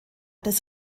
des